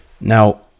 Now